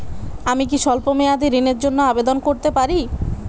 আমি কি স্বল্প মেয়াদি ঋণের জন্যে আবেদন করতে পারি?